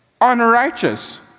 unrighteous